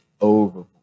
over